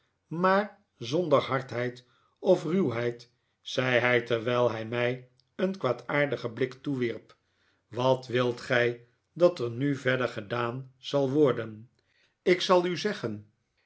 maar zonder hardheid of ruwheid zei hij terwijl hij mij een kwaadaardigen blik toewierp wat wilt gij dat er nu verder gedaan zal worden ik zal u zeggen